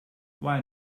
why